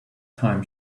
time